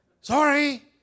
Sorry